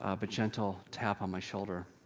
ah but gentle tap on my shoulder.